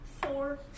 Four